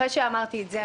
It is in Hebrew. אחרי שאמרתי את זה,